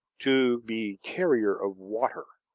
to be carrier of water,